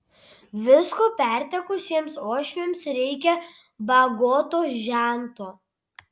visko pertekusiems uošviams reikia bagoto žento